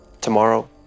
Tomorrow